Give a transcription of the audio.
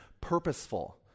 purposeful